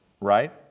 right